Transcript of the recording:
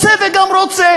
רוצה גם רוצה.